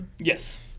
Yes